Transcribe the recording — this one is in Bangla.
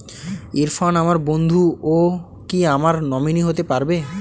ইরফান আমার বন্ধু ও কি আমার নমিনি হতে পারবে?